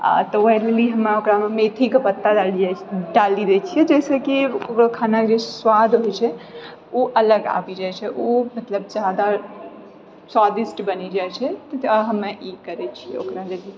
आ तऽ हम ओकरामे मेथीके पत्ता डाली दए छिऐ जाहिसँ कि खाना जे छै स्वाद होइ छै ओ अलग आबी जाइत छै ओ मतलब जादा स्वादिष्ट बनी जाइत छै आ हम ई करैत छिऐ ओकरा लागी